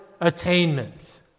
attainment